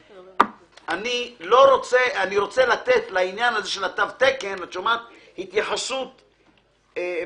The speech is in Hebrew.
אני רוצה לתת לעניין של התו תקן התייחסות מיוחדת,